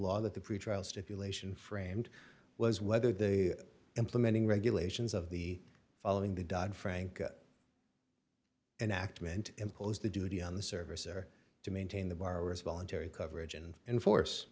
law that the pretrial stipulation framed was whether the implementing regulations of the following the dodd frank an act meant imposed a duty on the service or to maintain the bar as voluntary coverage and enforce